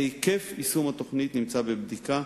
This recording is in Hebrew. היקף יישום התוכנית נמצא בבדיקה.